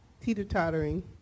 teeter-tottering